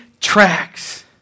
tracks